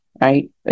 right